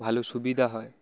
ভালো সুবিধা হয়